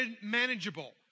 manageable